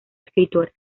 escritora